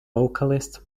vocalist